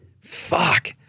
Fuck